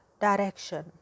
direction